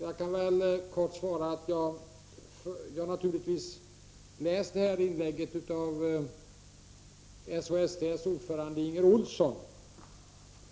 Jag har naturligtvis läst inlägget av SHSTF:s ordförande Inger Olsson.